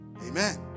amen